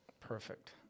Perfect